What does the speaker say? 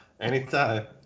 Anytime